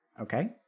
okay